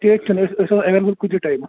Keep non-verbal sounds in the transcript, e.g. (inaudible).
کینٛہہ چھُنہٕ أسۍ أسۍ (unintelligible) کُنہِ تہِ ٹایمہٕ